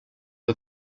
och